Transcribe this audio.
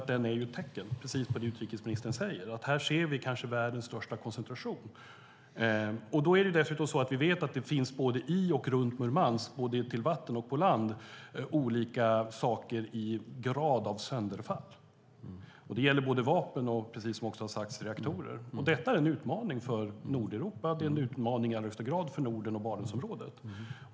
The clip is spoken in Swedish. Olyckan är ett tecken på precis vad utrikesministern säger, nämligen att vi här ser kanske världens största koncentration av kärnvapen och nukleärt material. Vi vet att det finns både i och runt Murmansk, både i vatten och på land, saker i olika grad av sönderfall. Det gäller både vapen och reaktorer. Detta är en utmaning för Nordeuropa och i allra högsta grad för Norden och Barentsområdet.